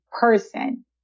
person